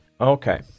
Okay